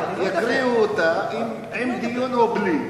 יקריאו אותה עם דיון או בלי,